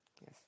Yes